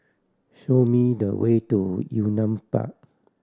show me the way to Yunnan Park